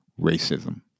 racism